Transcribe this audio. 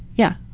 yeah.